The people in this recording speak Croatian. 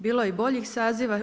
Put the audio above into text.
Bilo je i boljih saziva.